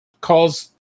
calls